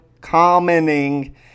commenting